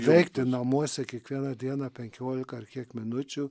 veikti namuose kiekvieną dieną penkiolika ar kiek minučių